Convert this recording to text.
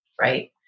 right